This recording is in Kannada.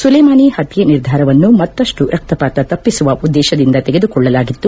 ಸುಲೇಮಾನಿ ಹತ್ಯೆ ನಿರ್ಧಾರವನ್ನು ಮತ್ತಷ್ಲು ರಕ್ತಪಾತ ತಪ್ಪಿಸುವ ಉದ್ಲೇಶದಿಂದ ತೆಗೆದುಕೊಳ್ಳಲಾಗಿತ್ತು